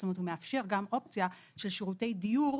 זאת אומרת: הוא מאפשר גם אופציה של שירותי דיור,